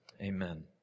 Amen